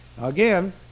again